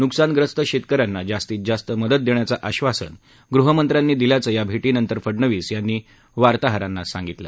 न्कसानग्रस्त शेतकऱ्यांना जास्तीत जास्त मदत देण्याचं आश्वासन गृहमंत्र्यांनी दिल्याचं या भेटीनंतर फडनवीस यांनी वार्ताहरांशी बोलताना सांगितलं